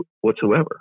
whatsoever